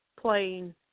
playing –